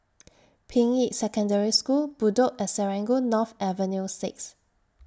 Ping Yi Secondary School Bedok and Serangoon North Avenue six